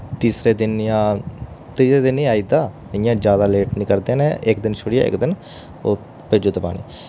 तीसरे दिन जां त्रिये दिन ही आई दा इ'यां जैदा लेट निं करदे न इक दिन छोड़िये इक दिन भेजूदे पानी